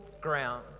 ground